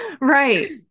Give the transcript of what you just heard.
right